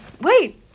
Wait